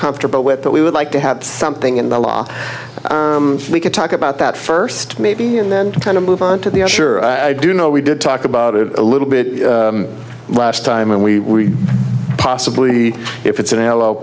comfortable with that we would like to have something in the law we could talk about that first maybe and then to kind of move on to the sure i do know we did talk about it a little bit last time and we possibly if it's an l